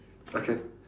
okay